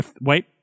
wait